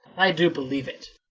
i do believe it.